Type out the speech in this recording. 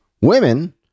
Women